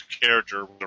character